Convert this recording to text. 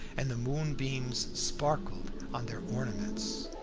and the moonbeams sparkled on their ornaments.